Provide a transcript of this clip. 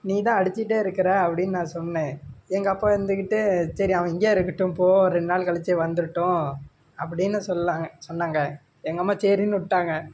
நீதான் அடிச்சுக்கிட்டே இருக்கிற அப்டின்னு நான் சொன்னேன் எங்கள் அப்பா இருந்துக்கிட்டு சரி அவன் இங்கேயே இருக்கட்டும் போ ரெண்டு நாள் கழித்து வந்துடட்டும் அப்படின்னு சொல்றாங்க சொன்னாங்க எங்கள் அம்மா சரின்னு விட்டாங்க